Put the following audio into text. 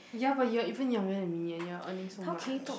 ya but you are even younger than me and you are earning so much